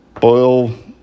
boil